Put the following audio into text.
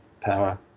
power